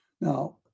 Now